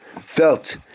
felt